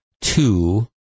two